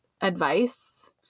advice